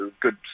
good